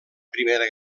primera